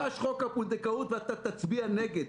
יוגש חוק הפונדקאות ואתה תצביע נגד.